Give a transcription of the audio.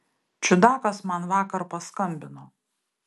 čiudakas man vakar paskambino